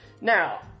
Now